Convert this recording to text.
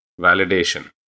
validation